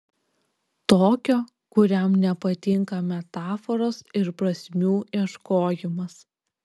tokio kuriam nepatinka metaforos ir prasmių ieškojimas